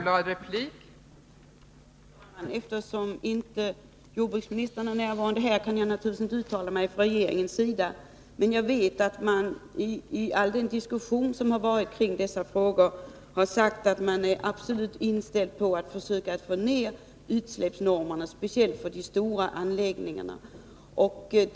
Fru talman! Eftersom jordbruksministern inte är närvarande här kan Per Israelsson naturligtvis inte få något svar från regeringens sida. Men jag vet att man i all den diskussion som förts kring dessa frågor sagt att man absolut är inställd på att försöka få ned utsläppsnormerna, speciellt för de stora anläggningarna.